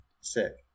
Sick